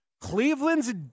Cleveland's